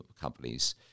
companies